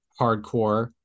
hardcore